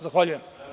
Zahvaljujem.